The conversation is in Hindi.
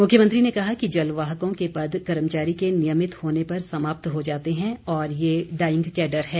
मुख्यमंत्री ने कहा कि जलवाहकों के पद कर्मचारी के नियमित होने पर समाप्त हो जाते हैं और ये डाईग कैडर है